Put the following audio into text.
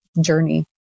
journey